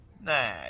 nah